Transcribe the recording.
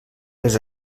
les